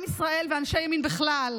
עם ישראל ואנשי ימין בכלל.